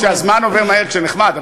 הזמן עובר מהר כשנחמד.